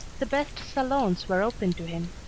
the best salons were open to him.